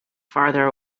farther